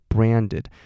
Branded